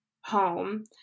home